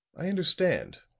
i understand,